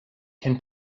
can